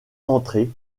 entrer